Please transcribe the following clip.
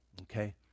okay